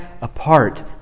apart